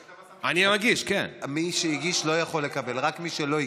מי שהגיש לא יכול לקבל, רק מי שלא הגיש.